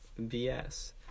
bs